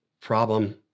problem